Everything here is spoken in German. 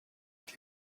die